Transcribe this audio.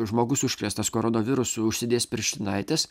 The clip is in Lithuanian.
žmogus užkrėstas koronavirusu užsidės pirštinaites